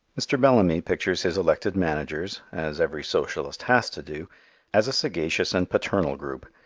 mr. bellamy pictures his elected managers as every socialist has to do as a sagacious and paternal group,